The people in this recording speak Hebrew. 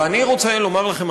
ואני רוצה לומר לכם,